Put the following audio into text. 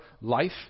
life